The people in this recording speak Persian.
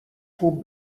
خوب